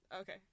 Okay